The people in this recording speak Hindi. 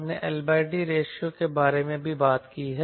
हमने L D रेशो के बारे में भी बात की है